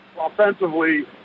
offensively